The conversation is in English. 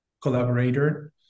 collaborator